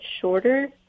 shorter